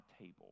table